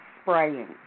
spraying